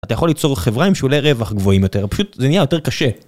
אתה יכול ליצור חברה עם שולי רווח גבוהים יותר, פשוט זה נהיה יותר קשה.